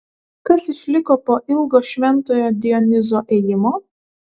kas išliko po ilgo šventojo dionizo ėjimo